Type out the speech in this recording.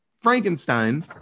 Frankenstein